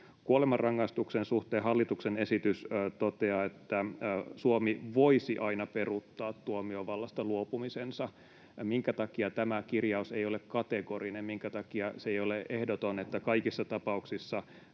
Kuolemanrangaistuksen suhteen hallituksen esitys toteaa, että Suomi voisi aina peruuttaa tuomiovallasta luopumisensa. Minkä takia tämä kirjaus ei ole kategorinen? Minkä takia se ei ole ehdoton, että kaikissa tapauksissa